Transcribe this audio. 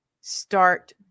start